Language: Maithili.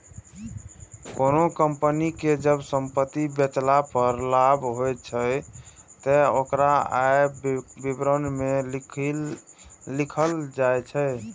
कोनों कंपनी कें जब संपत्ति बेचला पर लाभ होइ छै, ते ओकरा आय विवरण मे लिखल जाइ छै